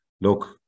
look